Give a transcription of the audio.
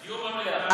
דיון במליאה.